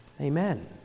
Amen